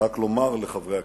רק לומר לחברי הכנסת,